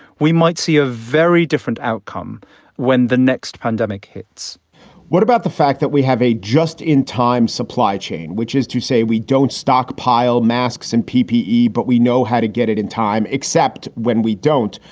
we might see a very different outcome when the next pandemic hits what about the fact that we have a just in time supply chain, which is to say we don't stockpile masks and ppe, but we know how to get it in time except when we don't?